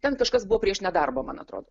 ten kažkas buvo prieš nedarbą man atrodo